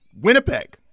Winnipeg